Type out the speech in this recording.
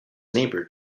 neighbor